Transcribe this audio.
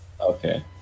Okay